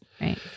Right